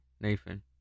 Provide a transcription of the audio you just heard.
Nathan